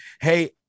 hey